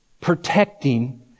protecting